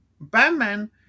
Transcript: Batman